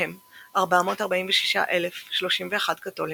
מהם 446,031 קתולים,